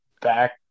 back